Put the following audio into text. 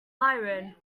iran